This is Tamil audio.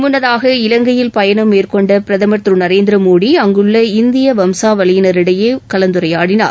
முன்னதாக இலங்கையில் பயணம் மேற்கொண்ட பிரதமர் திரு நரேந்திர மோடி முதலில் அங்குள்ள இந்திய வம்சாவழியினரிடையே கலந்துரையாடினார்